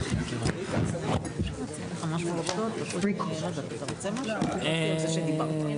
הישיבה ננעלה בשעה 12:17.